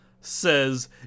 says